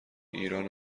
ایران